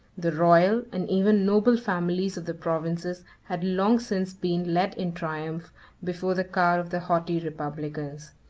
the royal, and even noble, families of the provinces had long since been led in triumph before the car of the haughty republicans.